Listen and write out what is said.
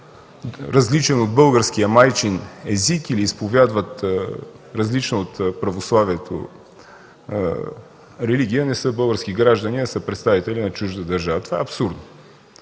различен от българския майчин език или изповядват различна от православието религия, не са български граждани, а са представители на чужда държава. Това е абсурдно!